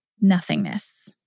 nothingness